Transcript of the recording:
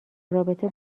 رابطه